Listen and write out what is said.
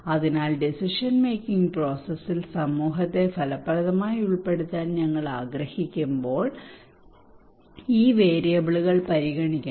അതിനാൽ decision making പ്രോസസ്സിൽ സമൂഹത്തെ ഫലപ്രദമായി ഉൾപ്പെടുത്താൻ ഞങ്ങൾ ആഗ്രഹിക്കുമ്പോൾ ഈ വേരിയബിളുകൾ പരിഗണിക്കണം